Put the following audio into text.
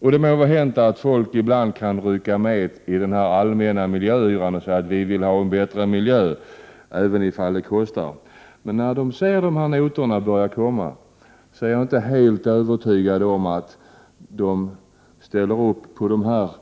Det må vara hänt att folk ibland kan ryckas med av den allmänna ”miljöyran” och säga att de vill ha en bättre miljö även om den kostar, men jag är inte helt övertygad om att, sedan notorna börjar komma, de längre ställer upp på denna yra.